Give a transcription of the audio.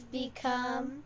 become